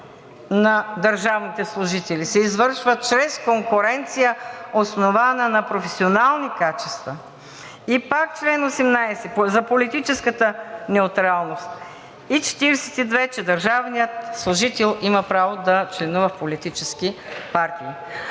на държавните служители се извършва чрез конкуренция, основана на професионални качества.“ И пак чл. 18 за политическата неутралност. И 42-ри, че държавният служител има право да членува в политически партии.